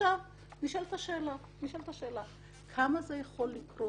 עכשיו נשאלת השאלה, כמה זה יכול לקרות?